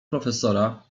profesora